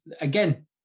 again